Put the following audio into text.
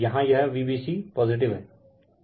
यहाँ यह Vbc positive हैं